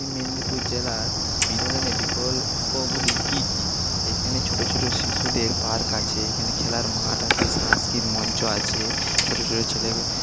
মেদিনীপুর জেলার বিনোদনের বিকল্পগুলি কী কী এখানে ছোটো ছোটো শিশুদের পার্ক আছে এখানে খেলার মাঠ আছে সাংস্কৃতিক মঞ্চ আছে ছোটো ছোটো ছেলে